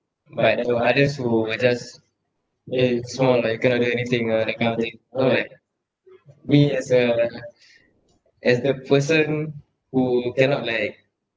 but there were others who are just eh you small ah you cannot do anything ah that kind of thing so like me as a as the person who cannot like